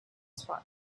spot